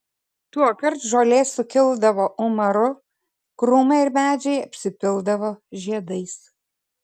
tuokart žolė sukildavo umaru krūmai ir medžiai apsipildavo žiedais